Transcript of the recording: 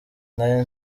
nari